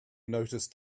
noticed